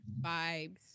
vibes